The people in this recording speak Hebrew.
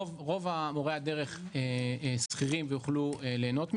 רוב מורי הדרך הם שכירים ויוכלו ליהנות מזה,